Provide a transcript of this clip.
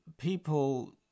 people